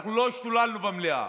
לא השתוללנו במליאה,